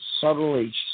subtly